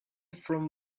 from